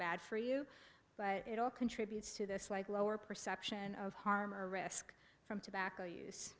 bad for you but it all contributes to this like lower perception of harm or risk from tobacco use